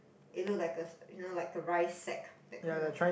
it looked like a you know like a rice sack that kind of